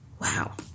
Wow